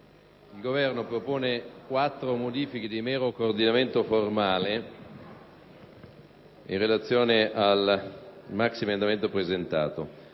Il Governo propone le seguenti quattro modifiche di mero coordinamento formale in relazione al maxiemendamento presentato: